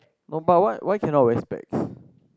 no but why why cannot wear specs